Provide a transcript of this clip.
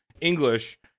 English